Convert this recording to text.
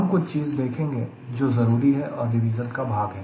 हम कुछ चीजें देखेंगे जो जरूरी है और रिवीजन का भाग है